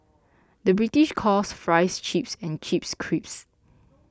the British calls Fries Chips and Chips Crisps